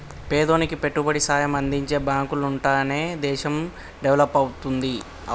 పేదోనికి పెట్టుబడి సాయం అందించే బాంకులుంటనే దేశం డెవలపవుద్ది